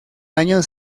año